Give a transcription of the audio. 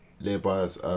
Labour's